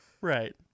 Right